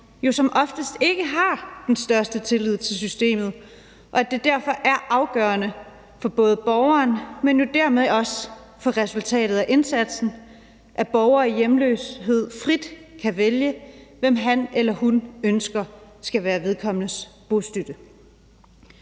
som oftest ikke har den største tillid til systemet, og at det derfor er afgørende for både borgeren, men dermed også for resultatet af indsatsen, at borgere i hjemløshed frit kan vælge, hvem han eller hun ønsker skal være vedkommendes bostøtte.